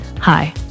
Hi